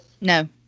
No